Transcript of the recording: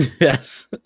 Yes